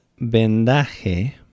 vendaje